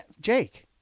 Jake